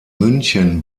münchen